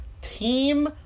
Team